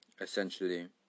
essentially